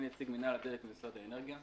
אני נציג מינהל הדלק במשרד האנרגיה.